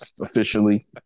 officially